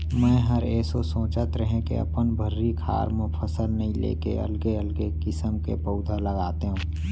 मैंहर एसो सोंचत रहें के अपन भर्री खार म फसल नइ लेके अलगे अलगे किसम के पउधा लगातेंव